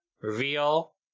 reveal